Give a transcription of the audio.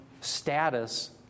status